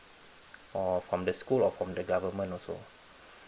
or from the school or from the government also